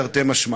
תרתי משמע.